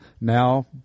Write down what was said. Now